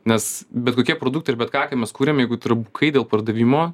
nes bet kokie produktai ir bet ką ką mes kuriam jeigu tai yra bukai dėl pardavimo